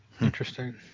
Interesting